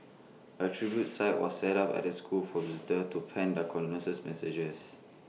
A tribute site was set up at the school for visitors to plan their condolences messages